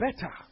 better